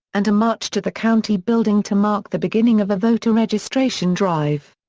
and a march to the county building to mark the beginning of a voter-registration drive.